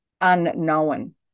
unknown